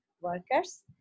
workers